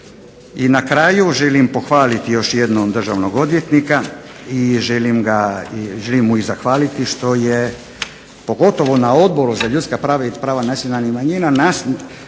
I na kraju želim pohvaliti još jednom državnog odvjetnika i želim mu zahvaliti što je, pogotovo na Odboru za ljudska prava i prava nacionalnih manjina nas